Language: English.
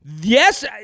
Yes